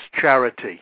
charity